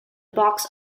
box